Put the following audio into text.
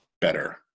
better